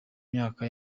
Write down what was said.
myaka